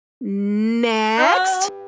next